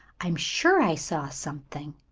i am sure i saw something.